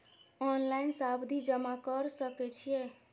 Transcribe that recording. Online सावधि जमा कर सके छिये?